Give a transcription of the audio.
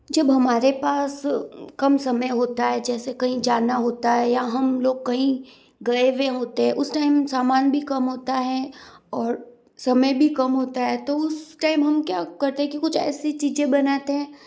जब हमारे पास कम समय होता है जैसे कहीं जाना होता है या हम लोग कहीं गए हुए होते हैं उस टाइम सामान भी कम होता है और समय भी कम होता है तो उस टाइम हम क्या करते हैं कि कुछ ऐसी चीज़ें बनाते हैं